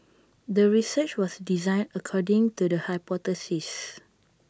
the research was designed according to the hypothesis